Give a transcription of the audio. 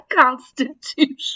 constitution